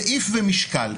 סעיף ומשקל,